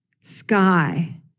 sky